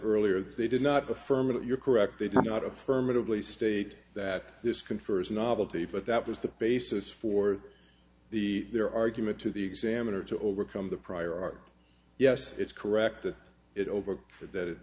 earlier that they did not affirmative you're correct they did not affirmatively state that this confers novelty but that was the basis for the their argument to the examiner to overcome the prior art yes it's correct that it over that it